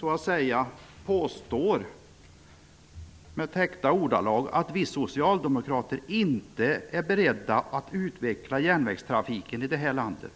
Han påstod i täckta ordalag att vi socialdemokrater inte är beredda att utveckla järnvägstrafiken här i landet.